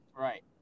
Right